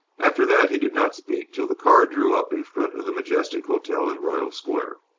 after that he did not speak till the car drew up in front of the majestic hotel in royal square.